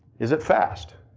is it fast?